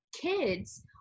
kids